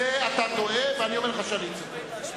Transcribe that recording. אתה טועה ואני אומר לך שאני צודק.